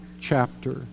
chapter